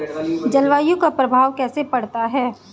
जलवायु का प्रभाव कैसे पड़ता है?